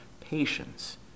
patience